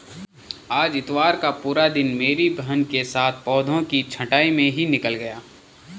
आज इतवार का पूरा दिन मेरी बहन के साथ पौधों की छंटाई में ही निकल गया